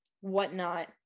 whatnot